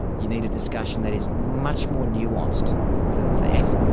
you need a discussion that is much more nuanced than that,